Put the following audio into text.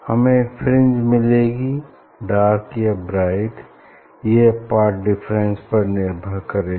हमें फ्रिंज मिलेंगीडार्क या ब्राइट यह पाथ डिफरेंस पर निर्भर करेगा